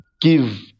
give